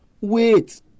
Wait